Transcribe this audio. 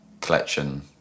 collection